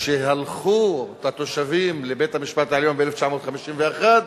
כשהלכו התושבים לבית-המשפט העליון ב-1951,